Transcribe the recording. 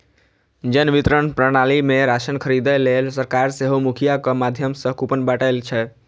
जन वितरण प्रणाली मे राशन खरीदै लेल सरकार सेहो मुखियाक माध्यम सं कूपन बांटै छै